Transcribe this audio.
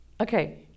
Okay